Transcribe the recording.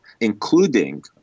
including